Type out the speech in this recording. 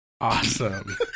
Awesome